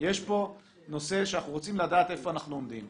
יש פה נושא שאנחנו רוצים לדעת איפה אנחנו עומדים.